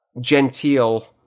genteel